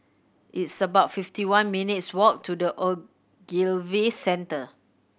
it's about fifty one minutes' walk to The Ogilvy Centre